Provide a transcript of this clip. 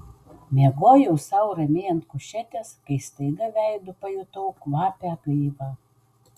miegojau sau ramiai ant kušetės kai staiga veidu pajutau kvapią gaivą